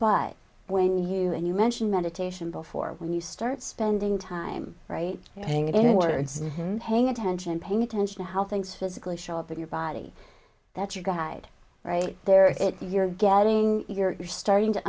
but when you and you mention meditation before when you start spending time right hang it in words and paying attention paying attention to how things physically show up in your body that's your guide right there you're getting you're starting to